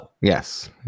yes